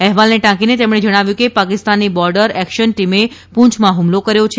અહેવાલને ટાકીને તેમણે જણાવ્યું છે કે પાકિસ્તાનની બોર્ડર એકશન ટીમે પૂચમાં હમલો કર્યો છે